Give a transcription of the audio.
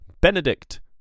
Benedict